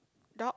dog